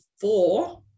four